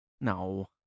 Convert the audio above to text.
no